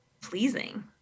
pleasing